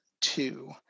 two